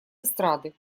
эстрады